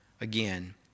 again